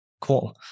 Cool